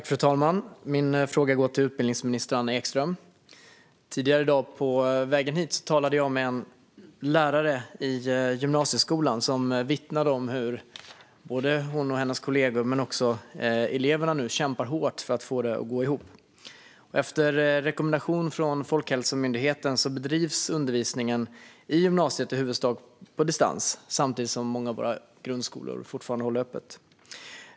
Fru talman! Min fråga går till utbildningsminister Anna Ekström. Tidigare i dag, på vägen hit, talade jag med en lärare i gymnasieskolan som vittnade om hur hon och hennes kollegor men också eleverna nu kämpar hårt för att få det att gå ihop. På rekommendation av Folkhälsomyndigheten bedrivs undervisningen i gymnasiet i huvudsak på distans, samtidigt som många av våra grundskolor fortfarande håller öppet.